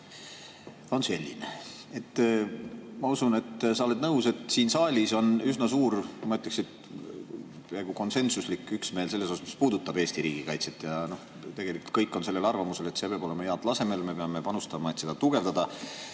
Ma usun, et sa oled nõus, et siin saalis on üsna suur – ma ütleks, et peaaegu konsensuslik – üksmeel selles osas, mis puudutab Eesti riigikaitset. Tegelikult kõik on arvamusel, et see peab olema heal tasemel, me peame panustama, et seda tugevdada.